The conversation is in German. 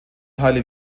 teile